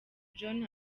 john